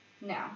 No